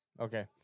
Okay